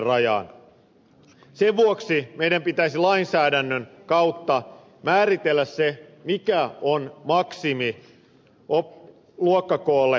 sen vuoksi meidän pitäisi lainsäädännön kautta määritellä se mikä on maksimi luokkakoolle peruskoulussa